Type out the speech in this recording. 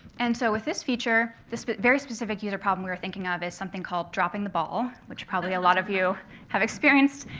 and so with this feature, this very specific user problem we were thinking of is something called dropping the ball, which probably a lot of you have experienced.